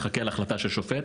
מחכה להחלטה של שופט,